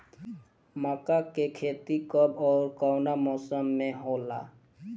मका के खेती कब ओर कवना मौसम में होला?